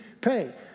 pay